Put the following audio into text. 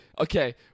Okay